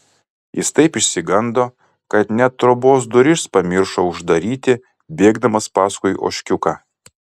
jis taip išsigando kad net trobos duris pamiršo uždaryti bėgdamas paskui ožkiuką